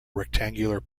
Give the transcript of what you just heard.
rectangular